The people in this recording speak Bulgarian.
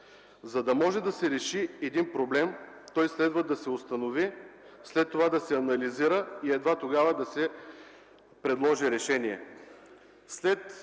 За да може да се реши един проблем, той следва да се установи, след това да се анализира и едва тогава да се предложи решение.